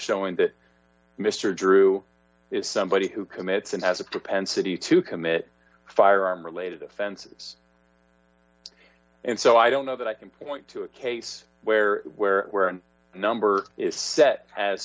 showing that mr drew is somebody who commits and has a propensity to commit firearm related offenses and so i don't know that i can point to a case where where where and number is set as